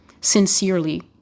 Sincerely